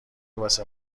واسه